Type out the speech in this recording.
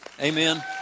Amen